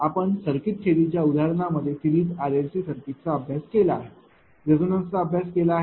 आपण circuit theory च्या उदाहरणांमध्ये सिरीज RLC सर्किटचा अभ्यास केला आहे रेझोनन्सचा अभ्यास केला आहे